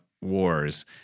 wars